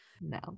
No